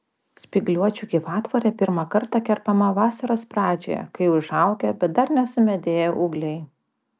spygliuočių gyvatvorė pirmą kartą kerpama vasaros pradžioje kai užaugę bet dar nesumedėję ūgliai